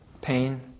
pain